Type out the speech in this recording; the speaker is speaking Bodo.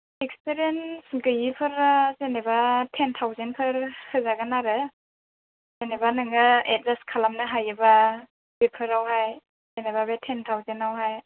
एक्सपिरियेन्स गैयिफोरा जेनेबा टेन थावजेन्डफोर होजागोन आरो जेनेबा नोङो एडजास्ट खालामनो हायोब्ला बेफोरावहाय जेनेबा बे टेन थावजेन्डआवहाय